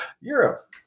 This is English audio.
Europe